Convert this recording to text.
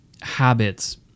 habits